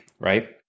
right